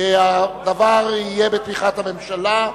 התש"ע 2009. הדבר יהיה בתמיכת הממשלה.